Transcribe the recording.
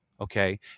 okay